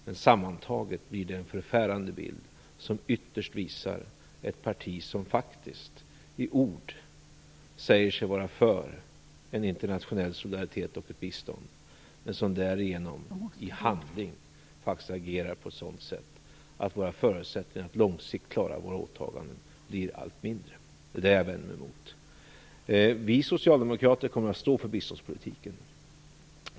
Men sammantaget blir det en förfärande bild som ytterst visar ett parti som i ord säger sig vara för en internationell solidaritet och ett bistånd. Men i handling agerar faktiskt Vänsterpartiet på ett sådant sätt att våra förutsättningar att långsiktigt klara våra åtaganden blir allt mindre. Det är detta jag vänder mig mot. Vi socialdemokrater kommer att stå för biståndspolitiken.